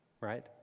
right